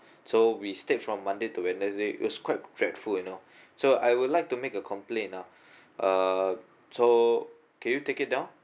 so we stayed from monday to wednesday was quite dreadful you know so I would like to make a complaint ah uh so can you take it down